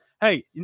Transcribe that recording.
hey